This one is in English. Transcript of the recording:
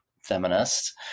feminist